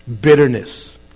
Bitterness